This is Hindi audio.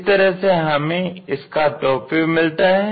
इस तरह से हमें इसका टॉप व्यू मिलता है